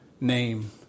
name